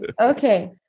Okay